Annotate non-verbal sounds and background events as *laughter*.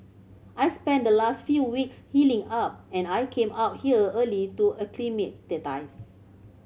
I spent the last few weeks healing up and I came out here early to *unintelligible*